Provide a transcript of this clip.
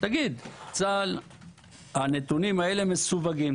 תגיד שהנתונים האלה הם מסווגים.